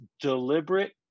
deliberate